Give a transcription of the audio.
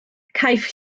caiff